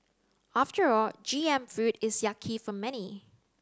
after all G M food is yucky for many